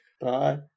Bye